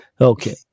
Okay